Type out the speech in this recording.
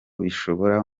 bishora